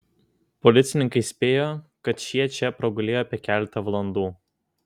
policininkai spėjo kad šie čia pragulėjo apie keletą valandų